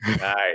Nice